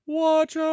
watch